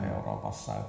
Euroopassa